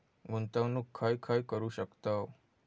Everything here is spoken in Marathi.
गुंतवणूक खय खय करू शकतव?